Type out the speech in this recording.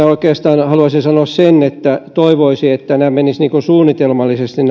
oikeastaan haluaisin sanoa sen että toivoisin että nämä ratahankkeetkin menisivät suunnitelmallisesti